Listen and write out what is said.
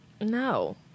no